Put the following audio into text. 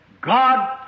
God